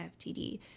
FTD